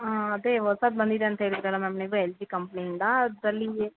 ಹಾಂ ಅದೇ ಹೊಸಾದ್ ಬಂದಿದೆ ಅಂತ ಹೇಳಿದರಲ್ಲ ಮ್ಯಾಮ್ ನೀವೇ ಎಲ್ ಜಿ ಕಂಪ್ನಿಯಿಂದ ಅದ್ರಲ್ಲಿ ನಿಮಗೆ